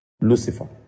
Lucifer